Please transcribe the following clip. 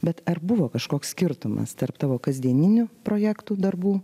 bet ar buvo kažkoks skirtumas tarp tavo kasdieninių projektų darbų